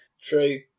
True